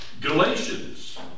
Galatians